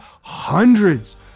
hundreds